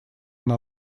она